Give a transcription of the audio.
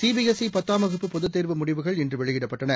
CP S சிபத்தாம் வகுப்பு பொதுத்தேர்வு முடிவுகள் இன்றுவெளியிடப்பட்டன